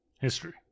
history